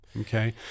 Okay